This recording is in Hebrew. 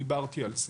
דיברתי על זה.